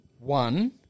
one